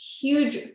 huge